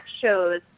shows